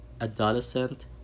adolescent